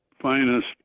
finest